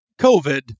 covid